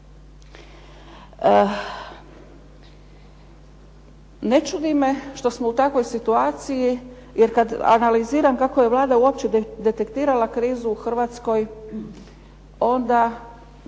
Ne čudi me što smo u takvoj situaciji jer kada analiziram kako je Vlada uopće detektirala krizu u Hrvatskoj onda